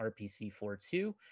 RPC42